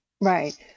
Right